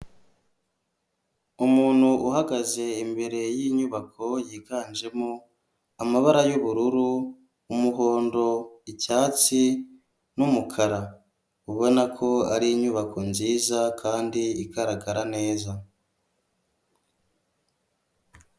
Umuntu uhagaze imbere yinyubako yiganjemo amabara y'ubururu umuhondo icyatsi n'umukara, ubona ko ari inyubako nziza kandi igaragara neza.